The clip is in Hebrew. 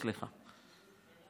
סליחה,